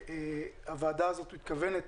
הוועדה הזאת מתכוונת